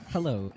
Hello